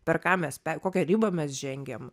per ką mes pe kokią ribą mes žengiam